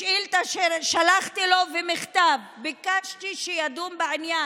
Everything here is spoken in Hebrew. בשאילתה ששלחתי לו, ובמכתב, ביקשתי שידון בעניין.